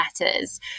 letters